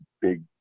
big